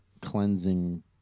cleansing